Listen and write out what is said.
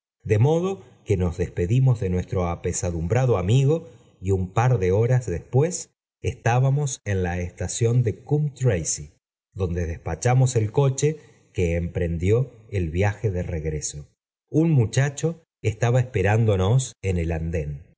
di modo que nos d pedimos de nuestro apesadumbrado amigo y un par de horas después estábamos en la estación de coombe tracey donde despachamos el roche que emprendió el viajo do regreso mu muchacho estaba esperándonos en el andón